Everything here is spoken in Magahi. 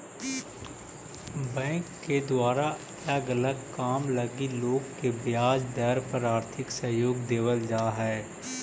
बैंक के द्वारा अलग अलग काम लगी लोग के ब्याज पर आर्थिक सहयोग देवल जा हई